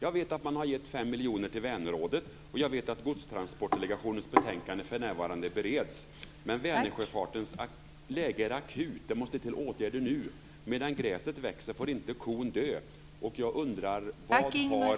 Jag vet att man har gett 5 miljoner kronor till Vänerrådet, och jag vet att Godstransportdelegationens betänkande för närvarande bereds. Men Vänersjöfartens läge är akut. Det måste till åtgärder nu! Medan gräset växer får inte kon dö.